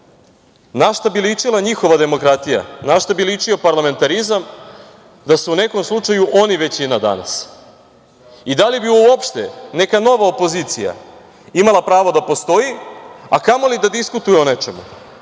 na šta bi ličila njihova demokratija, na šta bi ličio parlamentarizam da su u nekom slučaju oni većina danas i da li bi uopšte neka novo opozicija imala pravo da postoji, a kamoli da diskutuje o nečemu,